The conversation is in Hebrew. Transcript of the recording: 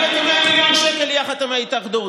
יחד עם ההתאחדות,